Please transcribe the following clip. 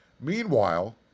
Meanwhile